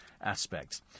aspects